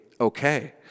okay